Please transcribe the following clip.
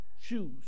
shoes